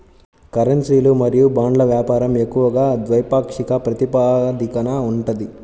కరెన్సీలు మరియు బాండ్ల వ్యాపారం ఎక్కువగా ద్వైపాక్షిక ప్రాతిపదికన ఉంటది